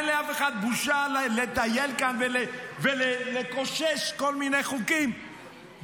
אין לאף אחד בושה לטייל כאן ולקושש כל מיני חוקים בשעה